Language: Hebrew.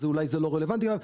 אז אולי זה לא רלוונטי אליהם.